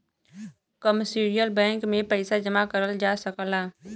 commercial bank में पइसा जमा करल जा सकला